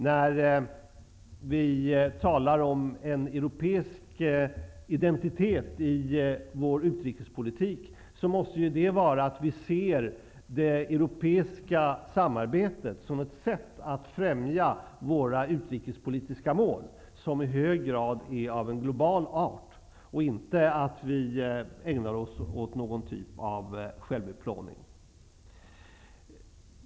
När vi talar om en europeisk identitet i vår utrikespolitik måste det ju vara fråga om att vi ser det europeiska samarbetet som ett sätt att främja våra utrikespolitiska mål, som i hög grad är av global art -- inte om att vi ägnar oss åt någon typ av självutplåning.